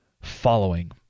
following